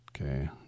okay